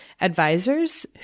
advisors